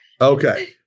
Okay